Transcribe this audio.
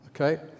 okay